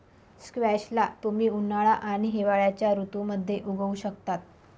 squash ला तुम्ही उन्हाळा आणि हिवाळ्याच्या ऋतूमध्ये उगवु शकता